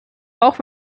auch